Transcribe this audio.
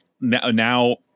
now